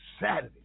Saturday